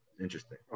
interesting